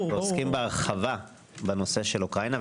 עוסקים בהרחבה בנושא של אוקראינה,